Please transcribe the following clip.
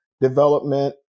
development